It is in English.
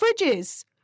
Fridges